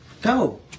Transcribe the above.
Go